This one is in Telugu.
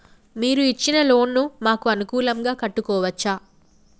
మీరు ఇచ్చిన లోన్ ను మాకు అనుకూలంగా కట్టుకోవచ్చా?